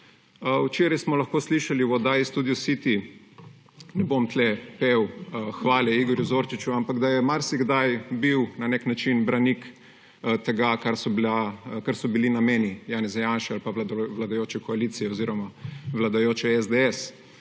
Včeraj smo lahko slišali v oddaji Studio City, ne bom tukaj pel hvale Igorju Zorčiču, ampak da je marsikdaj bil na nek način branik tega, kar so bili nameni Janeza Janše ali pa vladajoče koalicije oziroma vladajoče SDS.